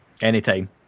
anytime